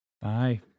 Bye